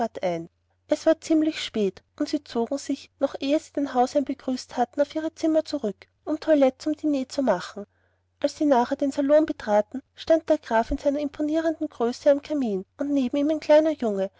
es war schon ziemlich spät und sie zogen sich noch ehe sie den hausherrn begrüßt hatten auf ihre zimmer zurück um toilette zum diner zu machen als sie nachher den salon betraten stand der graf in seiner imponierenden größe am kamin und neben ihm ein kleiner junge